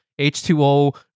H2O